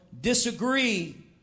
disagree